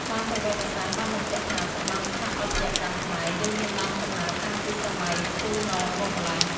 តាមប្រវត្តិសាស្រ្តបានបញ្ជាក់ថាសំណង់ស្ថាបត្យកម្មខ្មែរយើងមានដើមកំណើតតាំងពីសម័យហ្វូណនមកម៉្លេះ។